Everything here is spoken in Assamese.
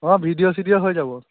অঁ ভিডিঅ' চিডিঅ' হৈ যাব